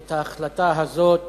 את ההחלטה הזאת